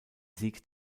sieg